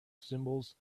symbols